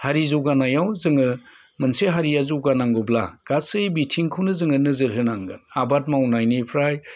हारिनि जौगानायाव जोङो मोनसे हारिया जौगानांगौब्ला गासै बिथिंखौनो जोङो नोजोर होनांगोन आबाद मावनायनिफ्राय